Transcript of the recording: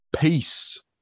Peace